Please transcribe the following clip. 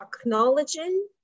acknowledging